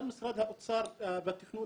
גם משרד האוצר והתכנון,